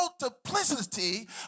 multiplicity